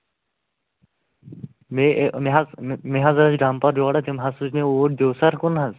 مےٚ حظ مےٚ حظ ٲسۍ ڈَمپَر جوراہ تِم حظ سوٗزۍ مےٚ اوٗرۍ دِوسَر کُن حظ